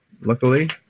Luckily